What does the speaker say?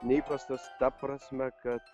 neįprastas ta prasme kad